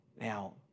Now